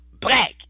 Black